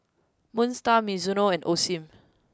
Moon Star Mizuno and Osim